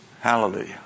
Hallelujah